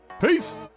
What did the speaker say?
Peace